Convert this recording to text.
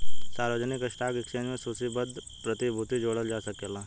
सार्वजानिक stock exchange में सूचीबद्ध प्रतिभूति जोड़ल जा सकेला